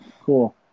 Cool